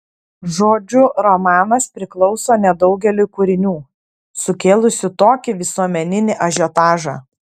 žodžiu romanas priklauso nedaugeliui kūrinių sukėlusių tokį visuomeninį ažiotažą